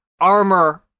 Armor